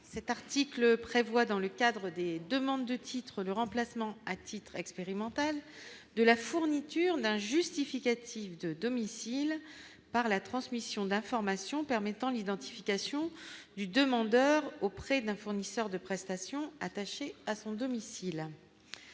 cet article prévoit, dans le cadre des demandes de titres le remplacement, à titre expérimental de la fourniture d'un justificatif de domicile par la transmission d'informations permettant l'identification du demandeur auprès d'un fournisseur de prestations attaché à son domicile,